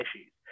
issues